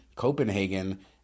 Copenhagen